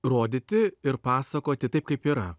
rodyti ir pasakoti taip kaip yra